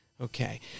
Okay